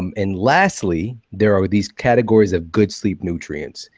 um and lastly, there are these categories of good sleep nutrients,